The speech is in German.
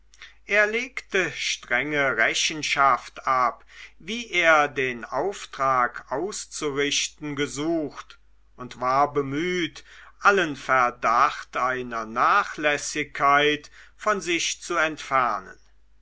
er legte strenge rechenschaft ab wie er den auftrag auszurichten gesucht und war bemüht allen verdacht einer nachlässigkeit von sich zu entfernen